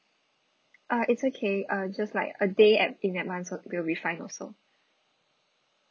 uh it's okay uh just like a day ad~ in advance so will be fine also